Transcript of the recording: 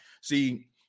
See